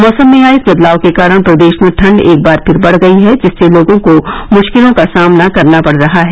मौसम में आये इस बदलाव के कारण प्रदेश में ठंड एक बार फिर बढ़ गयी है जिससे लोगों को मुश्किलों का सामना करना पड़ रहा है